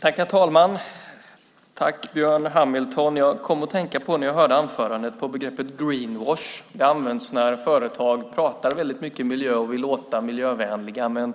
Herr talman! När jag hörde Björn Hamiltons anförande kom jag att tänka på begreppet green wash. Det används när företag pratar väldigt mycket miljö och vill låta miljövänliga. Men